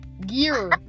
Gear